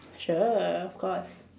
sure of course